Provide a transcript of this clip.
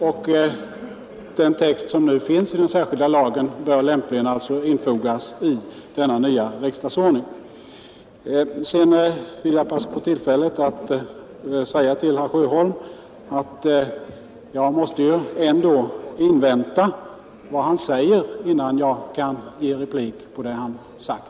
Den text som nu finns i den särskilda lagen bör således lämpligen införas i den kommande nya riksdagsordningen. Jag vill vidare passa på tillfället att säga till herr Sjöholm att jag väl ändå måste invänta vad han har att säga innan jag kan replikera på det han sagt.